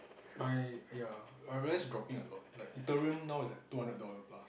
I ya I realise dropping a lot like Ethereum now is like two hundred dollar plus